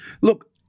look